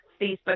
Facebook